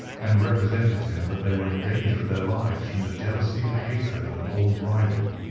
and represented to him that they were in danger of their lives from the jealousy and hatred of an old rival.